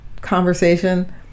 conversation